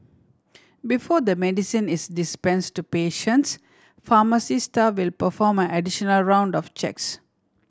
before the medicine is dispense to patients pharmacy staff will perform an additional round of checks